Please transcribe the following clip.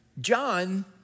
John